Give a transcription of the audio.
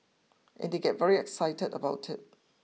and they get very excited about it